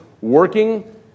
working